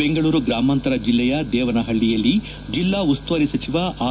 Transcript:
ಬೆಂಗಳೂರು ಗ್ರಾಮಾಂತರ ಜಿಲ್ಲೆಯ ದೇವನಹಳ್ಳಿಯಲ್ಲಿಂದು ಜಿಲ್ಲಾ ಉಸ್ತುವಾರಿ ಸಚಿವ ಆರ್